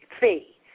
fee